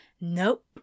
Nope